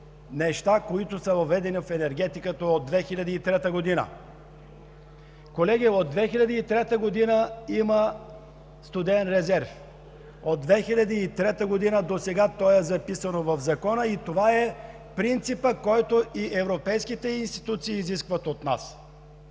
неща, които са въведени в енергетиката от 2003 г.! Колеги, от 2003 г. има студен резерв. От 2003 г. досега, то е записано в Закона. Това е принципът, който европейските институции изискват от нас.